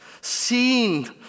seen